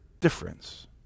difference